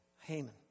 Haman